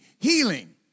healing